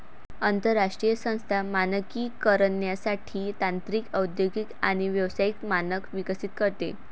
आंतरराष्ट्रीय संस्था मानकीकरणासाठी तांत्रिक औद्योगिक आणि व्यावसायिक मानक विकसित करते